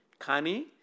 Kani